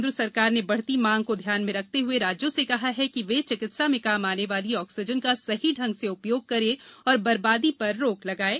केन्द्र सरकार ने बढती मांग को ध्यान में रखते हुए राज्यों से कहा है कि वे चिकित्सा में काम आने वाली ऑक्सीजन का सही ढंग से उपयोग करें और बरबादी पर रोक लगाएं